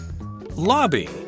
Lobby